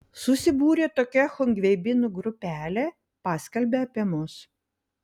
susibūrė tokia chungveibinų grupelė paskelbė apie mus